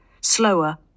slower